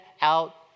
out